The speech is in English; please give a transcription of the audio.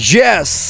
Yes